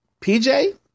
PJ